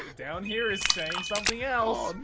down here is saying something else!